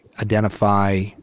identify